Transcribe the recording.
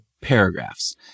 paragraphs